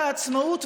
מחסור במלאי הדירות,